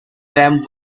them